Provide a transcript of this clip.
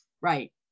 Right